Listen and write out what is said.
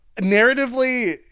narratively